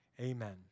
Amen